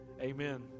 Amen